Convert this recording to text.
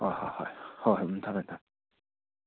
ꯍꯣ ꯍꯣ ꯍꯣꯏ ꯍꯣꯏ ꯎꯝ ꯊꯝꯃꯦ ꯊꯝꯃꯦ